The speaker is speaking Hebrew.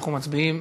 אנחנו מצביעים.